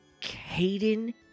Caden